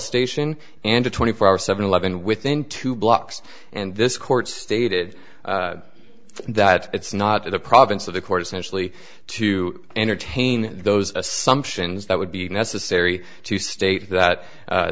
station and a twenty four hour seven eleven within two blocks and this court stated that it's not the province of the court essentially to entertain those assumptions that would be necessary to state that